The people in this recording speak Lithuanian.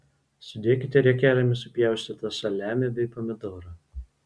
sudėkite riekelėmis supjaustytą saliamį bei pomidorą